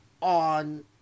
on